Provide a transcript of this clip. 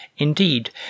Indeed